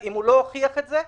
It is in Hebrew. אם הוא לא הוכיח את זה,